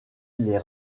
les